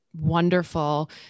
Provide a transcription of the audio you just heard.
wonderful